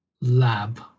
lab